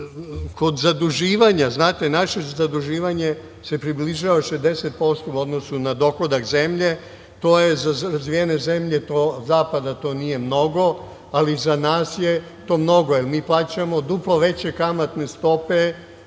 zaduživanja, znate, naše zaduživanje se približava 60% u odnosu na dohodak zemlje. To za razvijene zemlje nije mnogo, ali za nas je to mnogo, jer mi plaćamo duplo veće kamatne stope